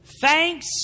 Thanks